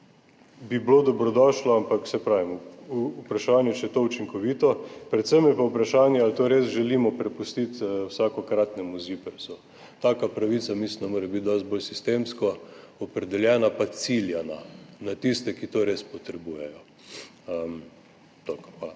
Bi bilo dobrodošlo, ampak saj pravim, vprašanje, če je to učinkovito. Predvsem je pa vprašanje, ali to res želimo prepustiti vsakokratnemu Ziprsu. Taka pravica, mislim, mora biti dosti bolj sistemsko opredeljena pa ciljana na tiste, ki to res potrebujejo. Toliko,